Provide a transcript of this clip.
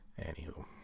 anywho